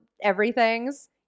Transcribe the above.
everythings